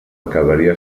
acabaria